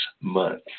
months